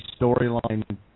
storyline